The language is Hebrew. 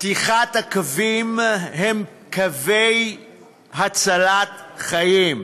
אלה קווי הצלת חיים,